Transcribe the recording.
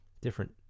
different